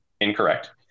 incorrect